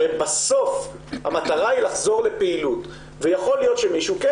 הרי בסוף המטרה היא לחזור לפעילות ויכול להיות שמישהו כן,